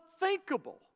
unthinkable